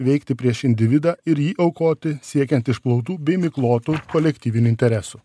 veikti prieš individą ir jį aukoti siekiant išplautų bei miglotų kolektyvinių interesų